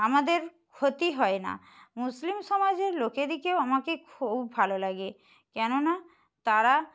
আমাদের ক্ষতি হয় না মুসলিম সমাজের লোকদিকেও আমাকে খুব ভালো লাগে কেননা তারা